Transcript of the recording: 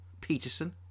Peterson